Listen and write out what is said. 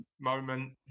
moment